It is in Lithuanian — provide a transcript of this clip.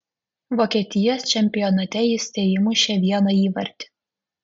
vokietijos čempionate jis teįmušė vieną įvartį